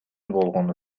болгону